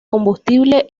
combustible